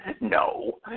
No